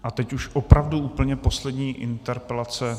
A teď už opravdu úplně poslední interpelace...